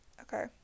Okay